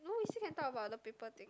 no we still can talk about the paper thing